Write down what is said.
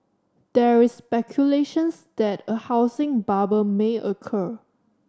there is speculations that a housing bubble may occur